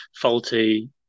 faulty